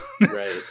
Right